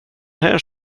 här